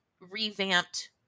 revamped